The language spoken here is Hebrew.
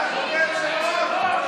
אדוני היושב-ראש,